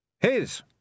His